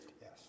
Yes